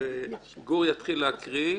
גור יתחיל לקרוא,